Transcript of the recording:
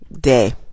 day